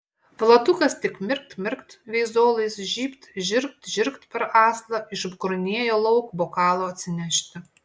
vladukas tik mirkt mirkt veizolais žybt žirgt žirgt per aslą iškurnėjo lauk bokalo atsinešti